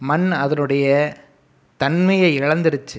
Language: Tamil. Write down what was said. மண் அதனுடைய தன்மையை இழந்திடுச்சு